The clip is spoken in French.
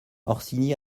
orsini